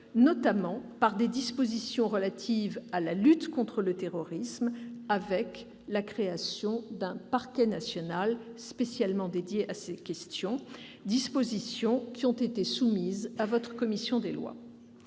notamment par des dispositions relatives à la lutte contre le terrorisme, avec la création d'un parquet national spécialement dédié, dispositions qui ont été soumises à votre commission des lois.